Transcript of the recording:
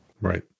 Right